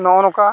ᱱᱚᱜᱼᱚ ᱱᱚᱠᱟ